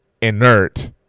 inert